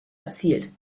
erzielt